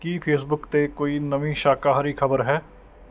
ਕੀ Facebook 'ਤੇ ਕੋਈ ਨਵੀਂ ਸ਼ਾਕਾਹਾਰੀ ਖ਼ਬਰ ਹੈ